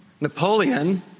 Napoleon